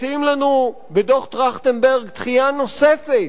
מציעים לנו בדוח-טרכטנברג דחייה נוספת